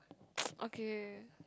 ok